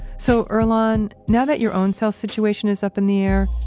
so, earlonne, now that your own cell situation is up in the air,